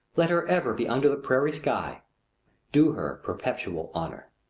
let her ever be under the prairie-sky. do her perpetual honor.